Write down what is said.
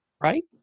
right